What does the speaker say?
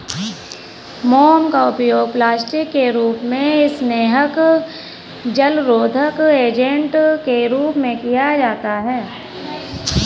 मोम का उपयोग प्लास्टिक के रूप में, स्नेहक, जलरोधक एजेंट के रूप में किया जाता है